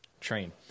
train